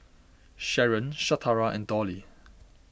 Sharen Shatara and Dolly